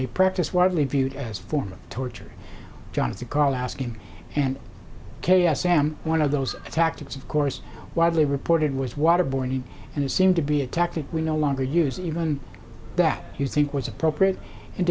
a practice widely viewed as a form of torture jonathan karl asking and chaos am one of those tactics of course widely reported was waterboarding and it seemed to be a tactic we no longer use even that you think was appropriate and